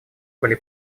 были